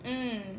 mm